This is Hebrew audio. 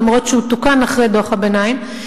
אף-על-פי שהוא תוקן אחרי דוח הביניים,